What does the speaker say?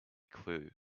clue